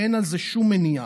אין לזה שום מניעה.